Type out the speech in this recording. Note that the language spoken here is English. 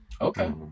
Okay